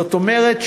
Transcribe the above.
זאת אומרת,